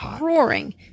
roaring